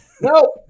No